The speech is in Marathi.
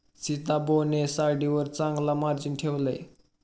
सीताबोने साडीवर चांगला मार्जिन ठेवले